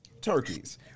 Turkeys